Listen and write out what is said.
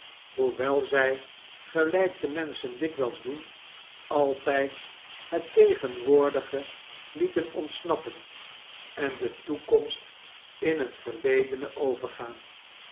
hoewel zij gelijk de rnenschen dikwijls doen altijd het tegenwoordige lieten ontsnappen en de toekomst in het verledene overgaan